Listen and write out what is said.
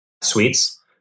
sweets